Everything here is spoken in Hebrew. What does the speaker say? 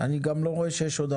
אני שב ואומר,